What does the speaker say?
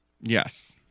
Yes